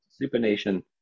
supination